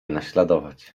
naśladować